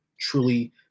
truly